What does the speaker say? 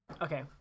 Okay